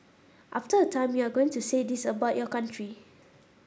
after a time you are going to say this about your country